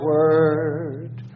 Word